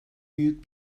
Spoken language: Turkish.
büyük